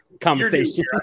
conversation